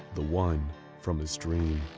the one from his dream.